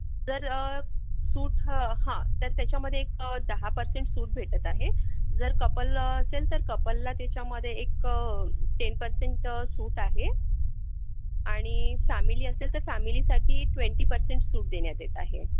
जर सूट हा हां तर त्याच्यामध्ये एक दहा पर्सेंट सूट भेटत आहे जर कपल असेल तर कपलला त्याच्यामध्ये एक टेन पर्सेंट सूट आहे आणि फॅमिली असेल तर फॅमिलीसाठी ट्वेंटी पर्सेंट सूट देण्यात येत आहे